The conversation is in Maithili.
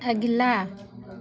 अगिला